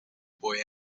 boy